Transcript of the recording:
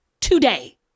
today